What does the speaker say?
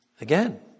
Again